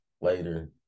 later